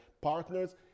partners